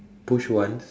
push once